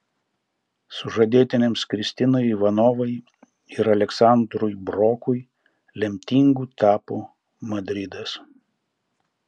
sužadėtiniams kristinai ivanovai ir aleksandrui brokui lemtingu tapo madridas